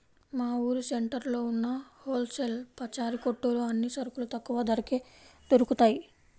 మా ఊరు సెంటర్లో ఉన్న హోల్ సేల్ పచారీ కొట్టులో అన్ని సరుకులు తక్కువ ధరకే దొరుకుతయ్